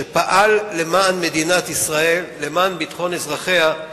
שפעל למען מדינת ישראל, למען ביטחון אזרחיה,